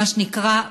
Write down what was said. מה שנקרא,